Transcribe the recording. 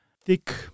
Thick